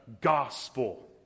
gospel